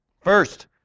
First